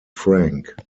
franck